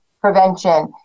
prevention